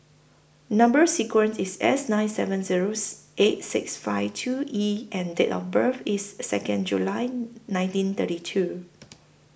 Number sequence IS S nine seven zeros eight six five two E and Date of birth IS Second July nineteen thirty two